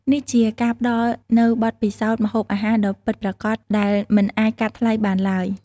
នេះជាការផ្តល់នូវបទពិសោធន៍ម្ហូបអាហារដ៏ពិតប្រាកដដែលមិនអាចកាត់ថ្លៃបានឡើយ។